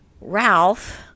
Ralph